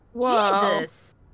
Jesus